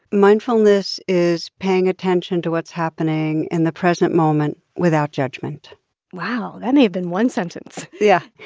mindfulness is paying attention to what's happening in the present moment without judgment wow, that may have been one sentence yeah.